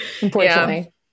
unfortunately